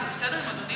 אם זה בסדר עם אדוני,